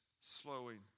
slowing